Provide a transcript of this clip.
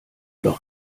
doch